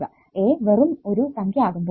a വെറും ഒരു സംഖ്യ ആകുമ്പോൾ